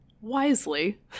wisely